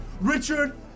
Richard